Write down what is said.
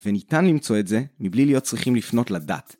וניתן למצוא את זה מבלי להיות צריכים לפנות לדת.